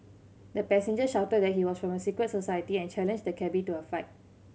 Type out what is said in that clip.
the passenger shouted that he was from a secret society and challenged the cabby to a fight